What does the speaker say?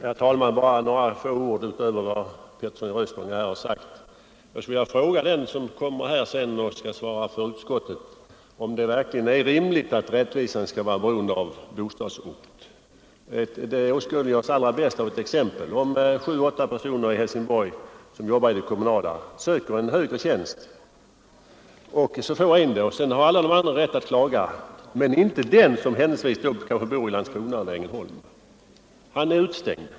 Herr talman! Bara några få ord utöver vad herr Petersson i Röstånga har sagt. Jag skulle vilja fråga utskottets talesman om det verkligen är rimligt att rättvisan skall vara beroende av bostadsort. Det åskådliggörs allra bäst av ett exempel. Om sju eller åtta personer i Helsingborg, som jobbar i det kommunala, söker en högre tjänst och en av dessa tillsätts, så har alla rätt att klaga utom den som råkar bo i Landskrona eller Ängelholm — han är utestängd.